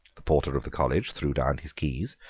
the porter of the college threw down his keys.